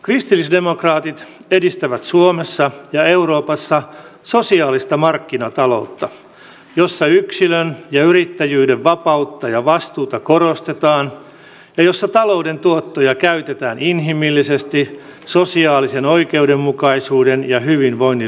kristillisdemokraatit edistävät suomessa ja euroopassa sosiaalista markkinataloutta jossa yksilön ja yrittäjyyden vapautta ja vastuuta korostetaan ja jossa talouden tuottoja käytetään inhimillisesti sosiaalisen oikeudenmukaisuuden ja hyvinvoinnin lisäämiseen